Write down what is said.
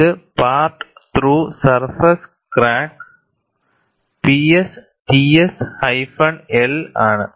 ഇത് part through surface crack P S T S hyphen L ആണ്